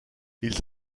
ils